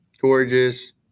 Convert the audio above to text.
gorgeous